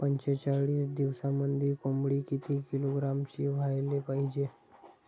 पंचेचाळीस दिवसामंदी कोंबडी किती किलोग्रॅमची व्हायले पाहीजे?